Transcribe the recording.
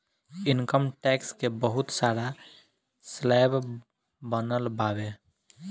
income tax के बहुत सारा स्लैब बनल बावे